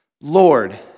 Lord